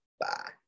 Bye